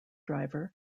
driver